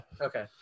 Okay